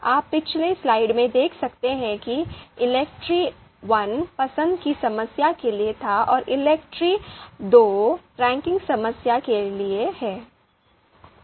आप पिछली स्लाइड में देख सकते हैं कि ELECTRE I पसंद की समस्या के लिए था और ELECTRE II रैंकिंग समस्या के लिए है